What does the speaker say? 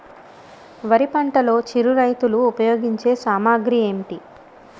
వరి పంటలో చిరు రైతులు ఉపయోగించే సామాగ్రి ఏంటి?